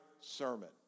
sermon